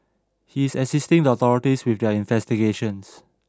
he is assisting the authorities with their investigations